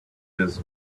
his